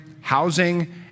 housing